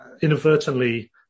inadvertently